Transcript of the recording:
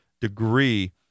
degree